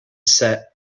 set